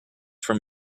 from